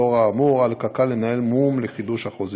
לאור האמור, על קק"ל לנהל משא-ומתן לחידוש החוזים.